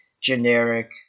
generic